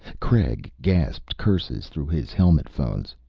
craig gasped curses through his helmet phones.